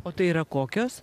o tai yra kokios